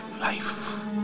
life